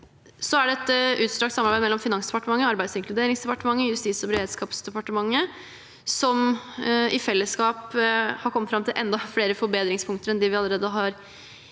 Så er det et utstrakt samarbeid mellom Finansdepartementet, Arbeids- og inkluderingsdepartementet og Justis- og beredskapsdepartementet som i fellesskap har kommet fram til enda flere forbedringspunkter enn dem vi allerede har